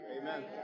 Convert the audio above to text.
Amen